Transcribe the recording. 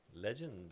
Legend